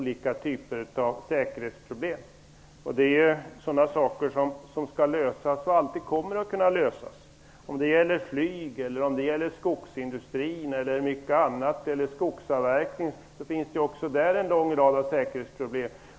Sådana saker skall lösas och kommer alltid att kunna lösas. Också inom flyg, skogsindustri och skogsavverkning finns det en lång rad av säkerhetsproblem.